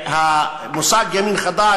המושג ימין חדש,